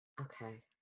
Okay